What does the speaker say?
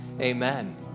Amen